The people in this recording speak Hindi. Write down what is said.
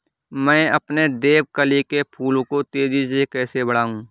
मैं अपने देवकली के फूल को तेजी से कैसे बढाऊं?